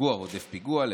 "פיגוע רודף פיגוע.